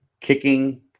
Kicking